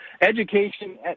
education